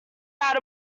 out